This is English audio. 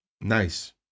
nice